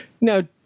Now